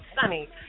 sunny